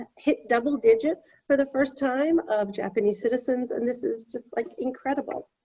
hit double digits for the first time of japanese citizens. and this is just like incredible.